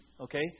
okay